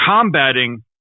combating